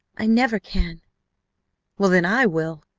i never can well, then i will!